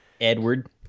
Edward